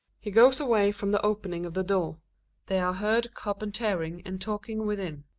he goes away from the opening of the door they are heard carpentering and talking within.